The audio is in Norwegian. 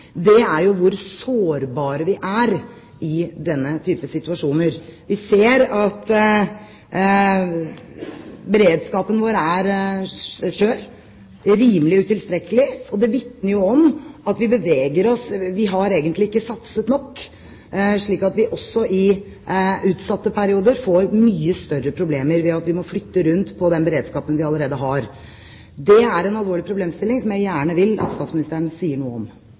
er jo hvor sårbare vi er i denne type situasjoner. Vi ser at beredskapen vår er skjør, rimelig utilstrekkelig, og det vitner jo om at vi har egentlig ikke satset nok, slik at vi også i utsatte perioder får mye større problemer ved at vi må flytte rundt på den beredskapen vi allerede har. Det er en alvorlig problemstilling, som jeg gjerne vil at statsministeren sier noe om.